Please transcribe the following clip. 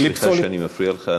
סליחה שאני מפריע לך.